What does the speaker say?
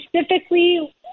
specifically